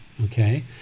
okay